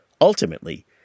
ultimately